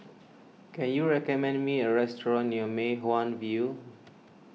can you recommend me a restaurant near Mei Hwan View